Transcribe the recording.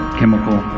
chemical